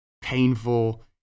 painful